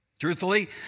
Truthfully